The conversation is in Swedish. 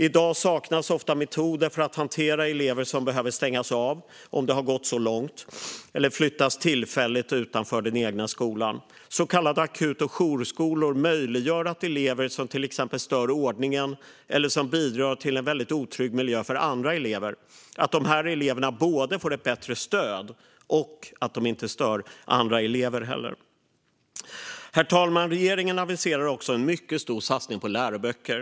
I dag saknas det ofta metoder för att hantera elever som behöver stängas av, om det har gått så långt, eller flyttas tillfälligt utanför den egna skolan. Så kallade akut och jourskolor möjliggör att elever som till exempel stör ordningen, eller som bidrar till en väldigt otrygg miljö för andra elever, får ett bättre stöd och inte stör andra elever. Herr talman! Regeringen aviserar också en mycket stor satsning på läroböcker.